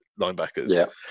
linebackers